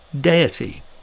deity